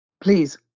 please